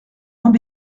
moins